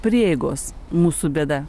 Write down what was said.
prieigos mūsų bėda